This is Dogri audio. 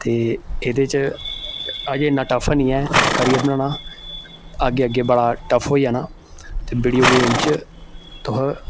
ते एह्दे च अजें इन्ना टफ हैनी ऐ कैरियर बनाना अग्गें अग्गें बड़ा टफ होई जाना ते वीडियो गेम च तुस